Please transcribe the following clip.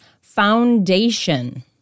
foundation